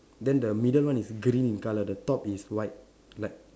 then the middle one is green in colour the top is white like